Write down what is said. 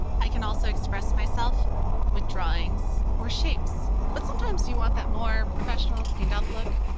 i can also express myself with drawings or shapes. but sometimes you want that more professional, cleaned-up look.